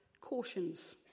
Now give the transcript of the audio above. cautions